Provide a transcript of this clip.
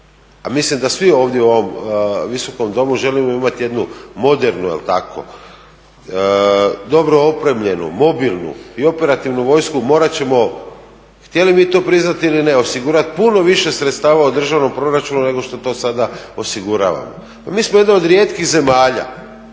a mislim da svi u ovom visokom domu želimo imati jednu modernu, dobro opremljenu, mobilnu i operativnu vojsku morat ćemo htjeli mi to priznati ili ne osigurati puno više sredstava u državnom proračunu nego što to sada osiguravamo. Mi smo jedna od rijetkih zemalja